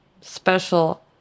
special